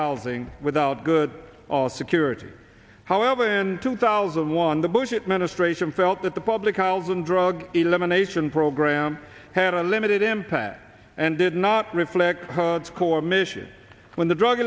housing without good security however in two thousand and one the bush administration felt that the public aisles and drug elimination program had a limited impact and did not reflect the core mission when the drug